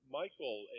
michael